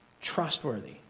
Trustworthy